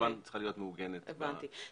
כמובן צריכה להיות מעוגנת בחוק.